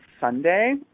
Sunday